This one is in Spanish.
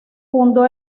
fundó